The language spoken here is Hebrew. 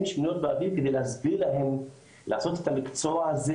שמיניות באוויר כדי להסביר להם לעשות את המקצוע הזה,